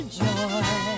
joy